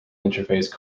interface